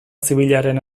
zibilaren